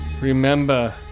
Remember